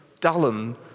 dullen